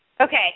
Okay